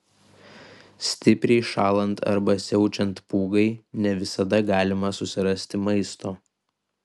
stipriai šąlant arba siaučiant pūgai ne visada galima susirasti maisto